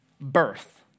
birth